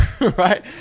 right